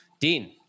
Dean